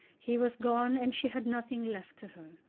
he was gone and she had nothing left to her.